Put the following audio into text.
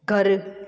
घरु